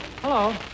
Hello